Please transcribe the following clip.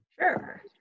Sure